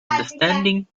understanding